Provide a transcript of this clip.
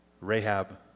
Rahab